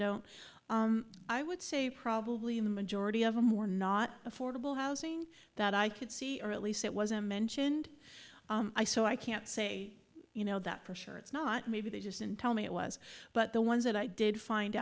don't i would say probably in the majority of them or not affordable housing that i could see or at least it wasn't mentioned i so i can't say you know that for sure it's not maybe they just in tell me it was but the ones that i did find